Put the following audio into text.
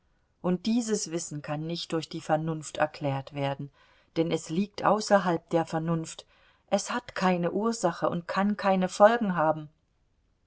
und dieses wissen kann nicht durch die vernunft erklärt werden denn es liegt außerhalb der vernunft es hat keine ursachen und kann keine folgen haben